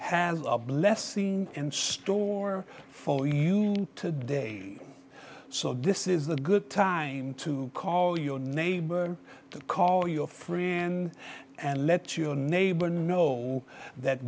has a blessing in store for you today so this is the good time to call your neighbor to call your free and let your neighbor know that